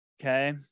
okay